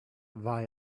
war